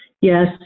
yes